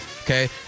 Okay